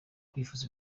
kwifuza